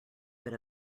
bit